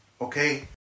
okay